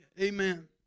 amen